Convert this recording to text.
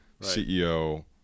CEO